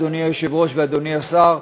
אדוני היושב-ראש ואדוני השר,